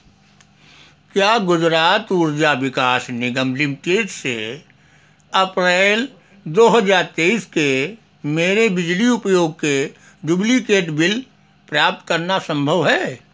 क्या गुजरात ऊर्जा विकास निगम लिमिटेड से अप्रैल दो हजार तेईस के मेरे बिजली उपयोग के डुप्लिकेट बिल प्राप्त करना संभव है